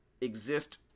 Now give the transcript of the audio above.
exist